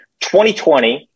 2020